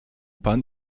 pan